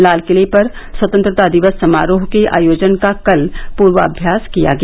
लालकिले पर स्वतंत्रता दिवस समारोह के आयोजन का कल पूर्वाभ्यास किया गया